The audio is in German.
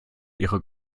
ihre